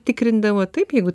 tikrindavo taip jeigu